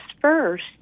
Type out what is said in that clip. first